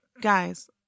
Guys